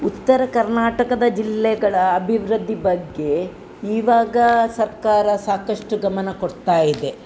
ಉತ್ತರ ಕರ್ನಾಟಕದ ಜಿಲ್ಲೆಗಳ ಅಭಿವೃದ್ದಿ ಬಗ್ಗೆ ಇವಾಗ ಸರ್ಕಾರ ಸಾಕಷ್ಟು ಗಮನ ಕೊಡ್ತಾ ಇದೆ